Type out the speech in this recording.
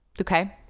Okay